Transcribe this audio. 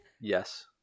Yes